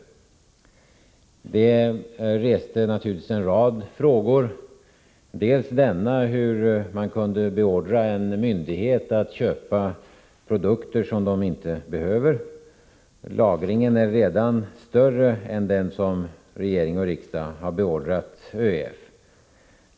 Uppgifterna föranledde självfallet en rad frågor, bl.a. frågan hur regeringen kunde beordra en myndighet att köpa produkter som den inte behöver. Lagringen är redan större än den som regering och riksdag har beordrat ÖEF.